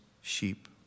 sheep